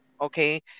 okay